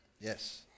Yes